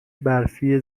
برفی